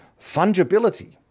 Fungibility